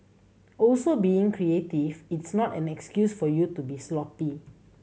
also being creative is not an excuse for you to be sloppy